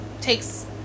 takes